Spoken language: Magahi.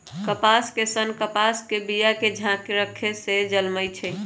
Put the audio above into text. कपास के सन्न कपास के बिया के झाकेँ रक्खे से जलमइ छइ